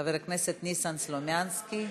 חבר הכנסת ניסן סלומינסקי.